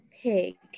pig